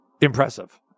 impressive